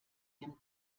dem